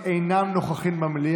50,000 נדבקים ביום,